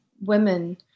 women